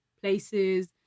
places